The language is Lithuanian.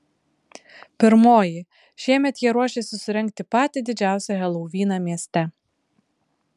pirmoji šiemet jie ruošiasi surengti patį didžiausią helovyną mieste